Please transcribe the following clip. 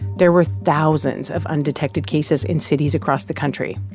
there were thousands of undetected cases in cities across the country,